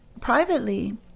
privately